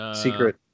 Secret